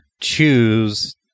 choose